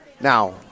Now